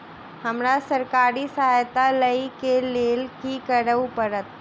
हमरा सरकारी सहायता लई केँ लेल की करऽ पड़त?